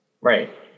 right